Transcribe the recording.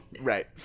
Right